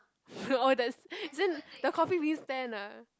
orh that isn't the coffee-bean stand ah